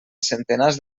centenars